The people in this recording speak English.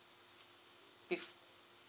if